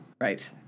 Right